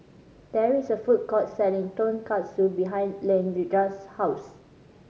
there is a food court selling Tonkatsu behind Leandra's house